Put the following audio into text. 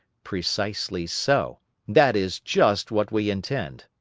precisely so that is just what we intend.